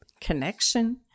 connection